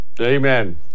amen